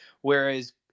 whereas